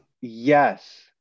Yes